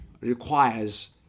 requires